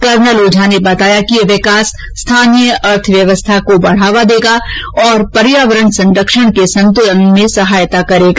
colonel Ojha ने बताया यह विकास स्थानीय अर्थव्यवस्था को बढ़ावा देगा और पर्यावरण संरक्षण के संतुलन में सहायता करेगा